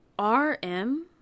RM